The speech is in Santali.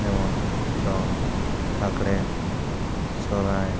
ᱡᱮᱢᱚᱱ ᱫᱚᱝ ᱞᱟᱜᱽᱲᱮ ᱥᱚᱨᱦᱟᱭ